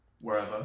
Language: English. wherever